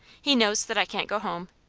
he knows that i can't go home.